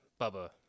Bubba